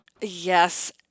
Yes